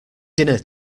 dinner